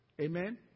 Amen